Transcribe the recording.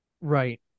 right